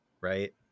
Right